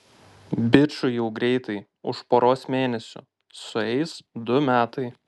bičui jau greitai už poros mėnesių sueis du metai